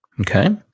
Okay